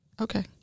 Okay